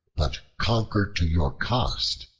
but conquer to your cost.